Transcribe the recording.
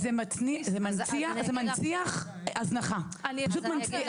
זה מנציח הזנחה, פשוט מנציח הזנחה.